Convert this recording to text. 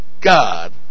God